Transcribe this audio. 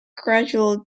gradual